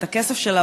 את הכסף שלה,